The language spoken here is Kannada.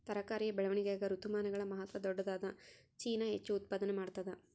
ತರಕಾರಿಯ ಬೆಳವಣಿಗಾಗ ಋತುಮಾನಗಳ ಮಹತ್ವ ದೊಡ್ಡದಾದ ಚೀನಾ ಹೆಚ್ಚು ಉತ್ಪಾದನಾ ಮಾಡ್ತದ